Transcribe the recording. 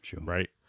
right